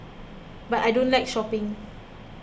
but I don't like shopping